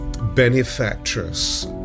benefactress